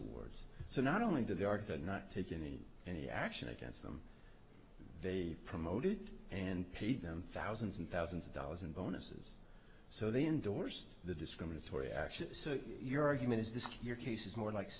awards so not only do they are not taken any action against them they promoted and paid them thousands and thousands of dollars in bonuses so they endorsed the discriminatory action so your argument is this your case is more like